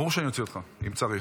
ברור שאני אוציא אותך, אם צריך.